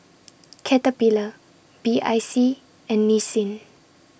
Caterpillar B I C and Nissin